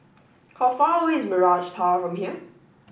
how far away is Mirage Tower from here